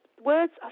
words